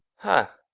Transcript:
ha!